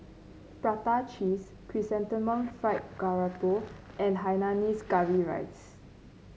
Prata Cheese Chrysanthemum Fried Garoupa and Hainanese Curry Rice